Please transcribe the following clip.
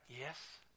yes